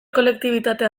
kolektibitatea